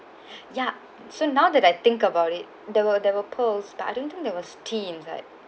ya so now that I think about it there were there were pearls but I don't think there was tea inside